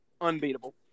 Unbeatable